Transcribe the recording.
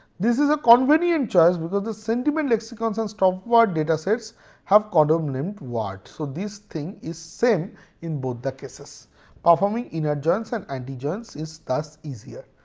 this is a convenient choice because the sentiment lexicons and stop words datasets have column named words. so these things is same in both the cases performing inner joins and anti joins is thus easier.